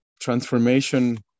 Transformation